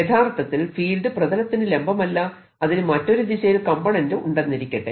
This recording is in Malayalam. യഥാർത്ഥത്തിൽ ഫീൽഡ് പ്രതലത്തിനു ലംബമല്ല അതിനു മറ്റൊരു ദിശയിൽ കംപോണന്റ് ഉണ്ടെന്നിരിക്കട്ടെ